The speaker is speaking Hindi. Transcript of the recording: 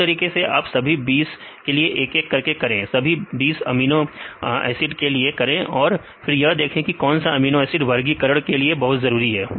उसी तरीके से आप सभी 20 के लिए एक एक करके करें सभी अमीनो एसिड के लिए करें और फिर यह देखें कि कौन सा अमीनो एसिड वर्गीकरण के लिए बहुत जरूरी नहीं है